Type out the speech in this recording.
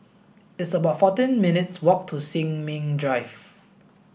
it's about fourteen minutes' walk to Sin Ming Drive